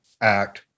act